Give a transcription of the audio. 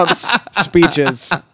speeches